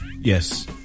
Yes